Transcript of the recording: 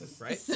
right